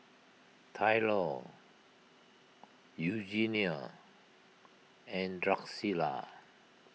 Tylor Eugenia and Drucilla